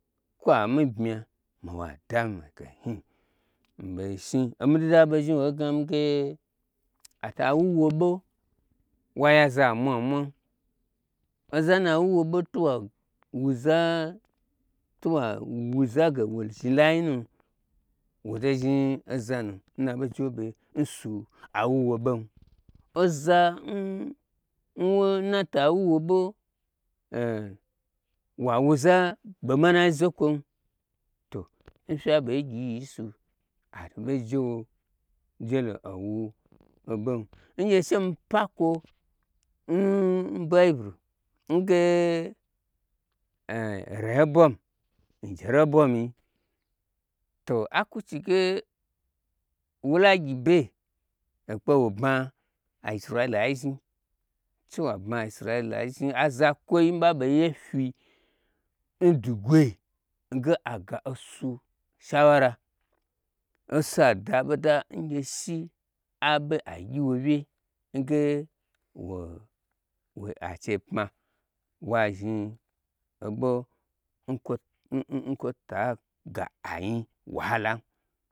Kwa mi bmya ma wo gi dami mage nhni mi bei shni omi dida ɓei zhni wo, gnamige ata wu wo ɓo wayaza amwa mwam. Oza nna wuwo ɓo towa wuza ge wo zhilai nu wuto zhni ozanu nna ɓei jewo ɓe nsu awuwo ɓom oza nata wuwo ɓo wa wuza ɓo manai zokwom to n fya ɓei gyi n su atovei jewo jelo awu wo oɓom, ngye shemi pa kwo n bible n ge e njere bo miyi to akwu chi ge wola gyi be akpe wo bma a isrila yi zhni to wa bma a isriliya zhnin aza kwoi n ɓa ɓo yefyi n du gwe nge a ga osu shawara osu adaɓo da n gye shi aɓo ai gyi w wye nge wo-wo a chei pma wa zhni obo b kwota ga anyi wahalam